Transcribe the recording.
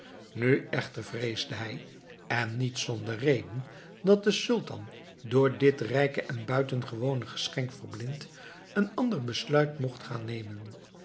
nu echter vreesde hij en niet zonder reden dat de sultan door dit rijke en buitengewone geschenk verblind een ander besluit mocht gaan nemen